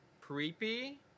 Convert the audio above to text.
creepy